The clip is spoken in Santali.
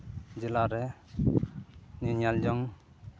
ᱡᱮᱞᱟ ᱨᱮ ᱧᱮᱞ ᱡᱚᱝ